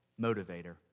motivator